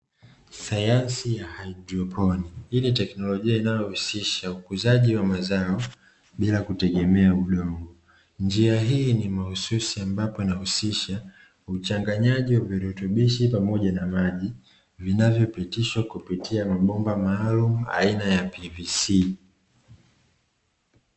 Sayansi ya haidroponi, hii niteknolojia inayohusisha ukuzaji wa mazao bila kutegemea udongo, njia hii ni mahususi ambapo inahusisha uchanganyaji wa virutubishi pamoja na maji, vinavyopitishwa kupitia mabomba maalumu aina ya PVC.